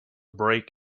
break